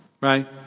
right